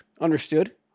Understood